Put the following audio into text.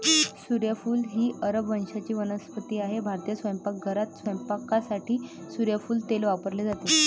सूर्यफूल ही अरब वंशाची वनस्पती आहे भारतीय स्वयंपाकघरात स्वयंपाकासाठी सूर्यफूल तेल वापरले जाते